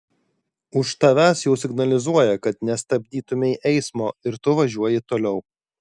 už tavęs jau signalizuoja kad nestabdytumei eismo ir tu važiuoji toliau